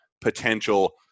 potential